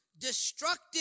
destructive